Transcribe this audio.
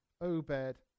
Obed